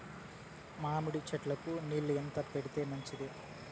మామిడి చెట్లకు నీళ్లు ఎట్లా పెడితే మంచిది?